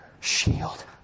shield